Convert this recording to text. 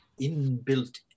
inbuilt